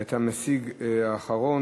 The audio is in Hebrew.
אתה המשיג האחרון,